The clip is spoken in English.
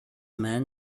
man